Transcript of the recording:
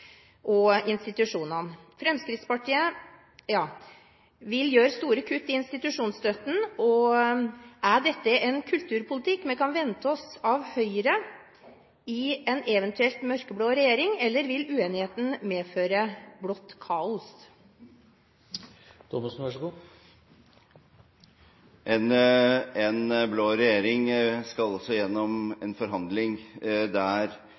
og institusjonene. Fremskrittspartiet vil gjøre store kutt i institusjonsstøtten. Er dette en kulturpolitikk vi kan vente oss av Høyre i en eventuelt mørkeblå regjering, eller vil uenigheten medføre blått kaos? En blå regjering skal også gjennom en forhandling der